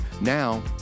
Now